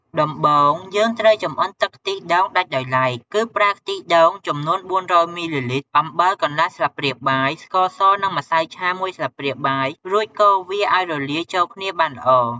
ដំបូងយើងត្រូវចម្អិនទឹកខ្ទិះដូងដាច់ដោយឡែកគឺ ប្រើខ្ទិះដូងចំនួន ៤០០មីលីលីត្រ អំបិល កន្លះស្លាបព្រាបាយ ស្ករស និង ម្សៅឆា មួយស្លាបព្រាបាយ រួចកូរវាឲ្យរលាយចូលគ្នាបានល្អ។